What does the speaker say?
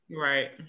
right